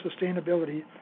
sustainability